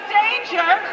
danger